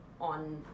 on